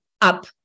up